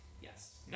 Yes